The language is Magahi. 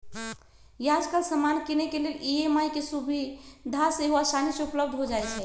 याजकाल समान किनेके लेल ई.एम.आई के सुभिधा सेहो असानी से उपलब्ध हो जाइ छइ